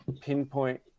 pinpoint